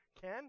Ken